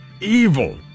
evil